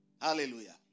Hallelujah